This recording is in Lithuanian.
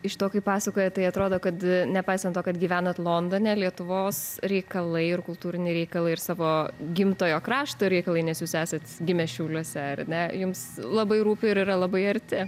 iš to kaip pasakoja tai atrodo kad nepaisant to kad gyvenat londone lietuvos reikalai ir kultūriniai reikalai ir savo gimtojo krašto reikalai nes jūs esat gimę šiauliuose ar ne jums labai rūpi ir yra labai arti